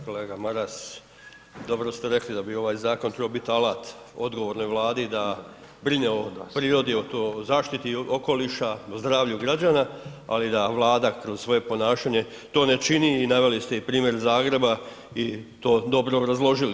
Kolega Maras, dobro ste rekli da bi ovaj zakon trebao biti alat odgovornoj vladi da brine o prirodi, o zaštiti okoliša, zdravlju građana, ali da vlada kroz svoje ponašanje to ne čini i naveli ste i primjer Zagreba i to dobro obrazložili.